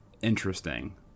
interesting